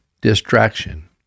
distraction